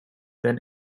than